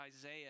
Isaiah